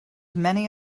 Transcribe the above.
many